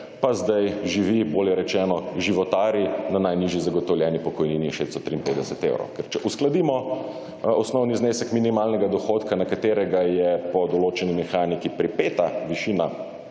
pa zdaj živi, bolje rečeno životari, na najnižji zagotovljeni pokojnini 653 evrov. Ker če uskladimo osnovni znesek minimalnega dohodka, na katerega je po določeni mehaniki pripeta višina